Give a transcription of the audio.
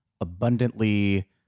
abundantly